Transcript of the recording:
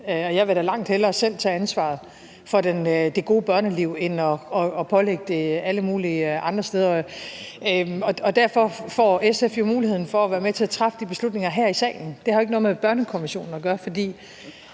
jeg vil da langt hellere selv tage ansvaret for det gode børneliv end at pålægge det alle mulige andre steder, og derved får SF muligheden for at være med til at træffe de beslutninger her i salen. Det har jo ikke noget med børnekonventionen at gøre.